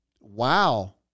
wow